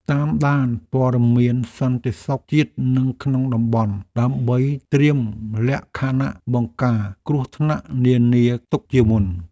តាមដានព័ត៌មានសន្តិសុខជាតិនិងក្នុងតំបន់ដើម្បីត្រៀមលក្ខណៈបង្ការគ្រោះថ្នាក់នានាទុកជាមុន។